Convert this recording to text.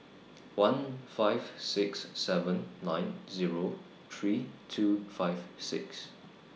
one five six seven nine Zero three two five six